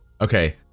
Okay